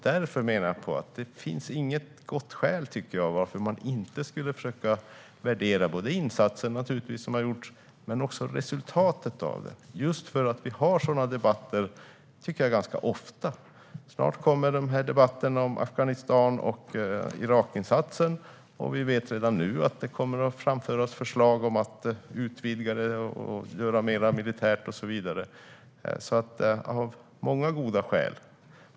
Därför menar jag att det inte finns något gott skäl till att inte försöka utvärdera insatsen som gjorts utan också resultatet av den. Vi har sådana här debatter ganska ofta, tycker jag. Snart kommer debatten om insatserna i Afghanistan och Irak. Vi vet redan nu att det kommer att framföras förslag om att utvidga dessa och om att man ska göra mer militärt och så vidare. Det finns alltså många goda skäl för att utvärdera.